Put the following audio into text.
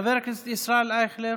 חבר הכנסת ישראל אייכלר,